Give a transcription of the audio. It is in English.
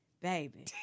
Baby